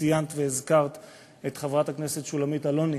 שציינת והזכרת את חברת הכנסת שולמית אלוני,